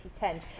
2010